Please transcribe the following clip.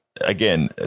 again